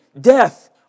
death